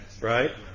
right